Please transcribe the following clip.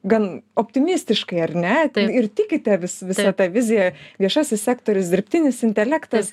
gan optimistiškai ar ne ir tikite vis visa ta vizija viešasis sektorius dirbtinis intelektas